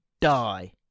die